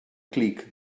clic